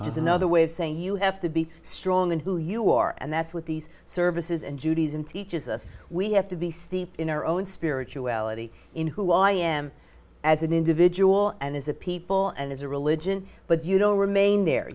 which is another way of saying you have to be strong in who you are and that's what these services and judaism teaches us we have to be steeped in our own spirituality in who i am as an individual and as a people and as a religion but you know remain there